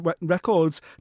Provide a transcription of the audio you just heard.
records